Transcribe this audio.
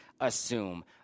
assume